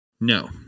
No